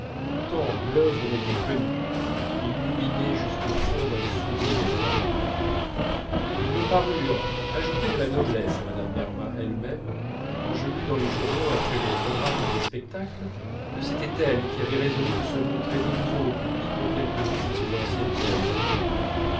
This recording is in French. tant l'œuvre m'était connue illuminés jusqu'au fond d'un sourire d'art ils me parurent ajouter de la noblesse à mme berma elle-même quand je lus dans les journaux après le programme de ces spectacles que c'était elle qui avait résolu de se montrer de nouveau au public dans quelques-unes de ses anciennes créations